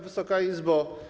Wysoka Izbo!